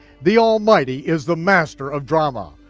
the almighty is the master of drama.